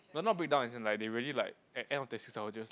but not breakdown as in like they really like end of thirty six hours just